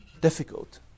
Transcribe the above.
difficult